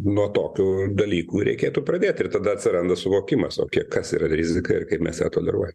nuo tokių dalykų reikėtų pradėti ir tada atsiranda suvokimas o kiek kas yra rizika ir kaip mes ją toleruojam